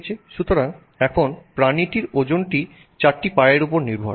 সুতরাং এখন প্রাণীটির ওজনটি চারটি পা এর উপর নির্ভর